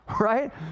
right